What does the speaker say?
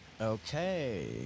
Okay